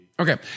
Okay